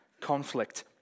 conflict